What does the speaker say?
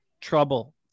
trouble